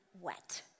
wet